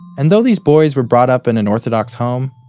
and though these boys were brought up in an orthodox home,